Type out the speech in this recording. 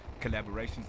collaborations